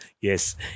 Yes